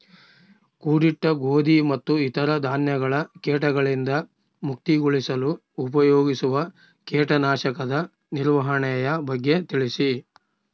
ಕೂಡಿಟ್ಟ ಗೋಧಿ ಮತ್ತು ಇತರ ಧಾನ್ಯಗಳ ಕೇಟಗಳಿಂದ ಮುಕ್ತಿಗೊಳಿಸಲು ಉಪಯೋಗಿಸುವ ಕೇಟನಾಶಕದ ನಿರ್ವಹಣೆಯ ಬಗ್ಗೆ ತಿಳಿಸಿ?